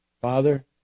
Father